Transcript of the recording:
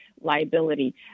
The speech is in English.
liability